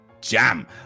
jam